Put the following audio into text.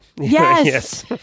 Yes